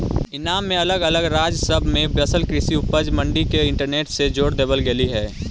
ईनाम में अलग अलग राज्य सब में बसल कृषि उपज मंडी के इंटरनेट से जोड़ देबल गेलई हे